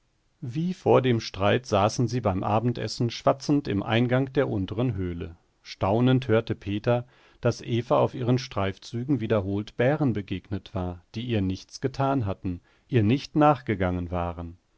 wie vor dem streit saßen sie beim abendessen schwatzend im eingang der unteren höhle staunend hörte peter daß eva auf ihren streifzügen wiederholt bären begegnet war die ihr nichts getan hatten ihr nicht nachgegangen waren